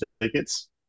tickets